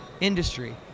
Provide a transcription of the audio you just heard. industry